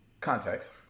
context